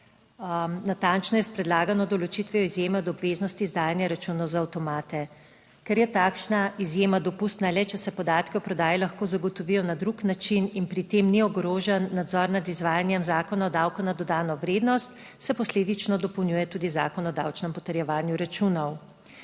natančneje s predlagano določitvijo izjeme od obveznosti izdajanja računov za avtomate. Ker je takšna izjema dopustna le, če se podatki o prodaji lahko zagotovijo na drug način in pri tem ni ogrožen nadzor nad izvajanjem Zakona o davku na dodano vrednost, se posledično dopolnjuje tudi Zakon o davčnem potrjevanju računov.